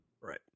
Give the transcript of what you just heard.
Right